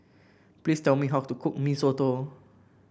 please tell me how to cook Mee Soto